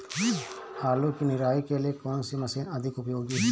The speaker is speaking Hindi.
आलू की निराई के लिए कौन सी मशीन अधिक उपयोगी है?